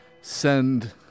send